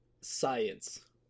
Science